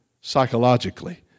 psychologically